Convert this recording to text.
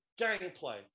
gameplay